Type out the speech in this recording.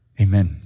amen